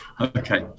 okay